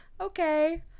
okay